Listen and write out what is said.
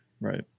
Right